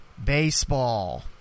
baseball